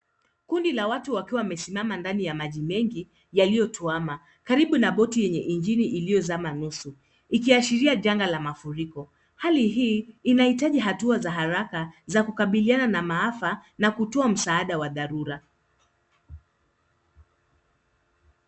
Kundi la watu likiwa limesimama ndani ya maji mengi yaliotwama. Karibu na boti enye injini iliozama nusu. Ikiashiria changa la mafuriko hali hii inaitaji hatua za haraka za kukabiliana na maafaa na kutoa msaada wa dharura.